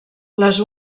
les